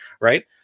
right